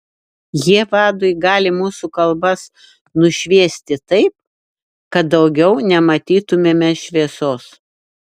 jie vadui gali mūsų kalbas nušviesti taip kad daugiau nematytumėme šviesos